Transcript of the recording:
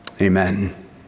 Amen